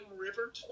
river